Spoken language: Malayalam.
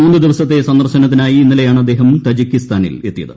മൂന്ന് ദിവസത്തെ സന്ദർശനത്തിനായി ഇന്നലെയാണ് അദ്ദേഹം തജി കിസ്ഥാനിൽ എത്തിയത്